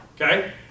okay